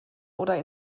oder